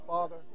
Father